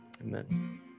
amen